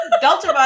Delta